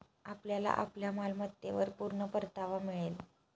आपल्याला आपल्या मालमत्तेवर पूर्ण परतावा मिळेल